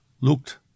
looked